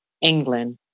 England